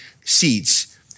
seats